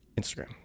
Instagram